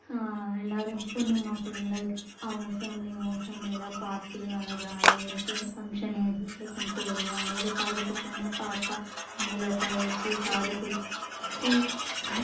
எல்லாேரும் பொண்ணு மாப்பிள்ளைங்கெலாம் அவங்க ஃபேமிலி இவங்க ஃபேமிலியெலாம் பார்த்து நல்லா ஜாலியாக இருக்கும் ஃபங்ஷன் என்ஜாய் பண்ணிவிட்டு வருவாங்க இதே காது குத்துனால் பாப்பா மடியில் உட்கார வச்சு காது குத்தி